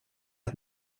had